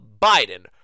Biden